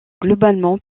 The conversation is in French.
globalement